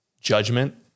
judgment